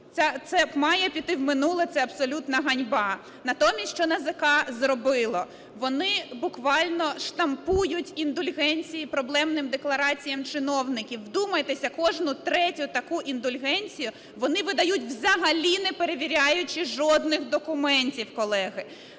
це має піти в минуле, це абсолютна ганьба. Натомість що НАЗК зробило? Вони буквально штампують індульгенції проблемним деклараціям чиновників, вдумайтеся, кожну третю таку індульгенцію вони видають, взагалі не перевіряючи жодних документів, колеги.